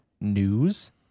news